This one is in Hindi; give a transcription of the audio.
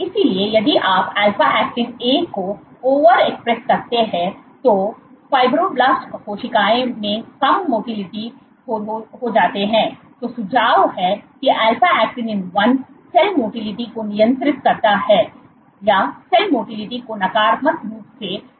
इसलिए यदि आप अल्फा ऐक्टिन 1 को अतिएक्सप्रेस करते हैं तो फाइब्रोब्लास्ट कोशिकाओं मै कम मोटाईल हो जाते हैं तो सुझाव है कि अल्फा ऐक्टिनिन 1 सेल मोटिलिटी को नियंत्रित करता है या सेल मोटिलिटी को नकारात्मक रूप से विनियमित करता है